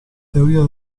teoria